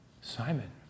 Simon